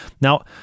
Now